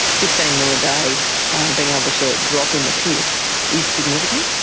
fifteen mill a day being able to drop in the pit is significant.